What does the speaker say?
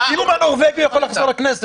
אם הוא בנורווגי, הוא יכול לחזור לכנסת.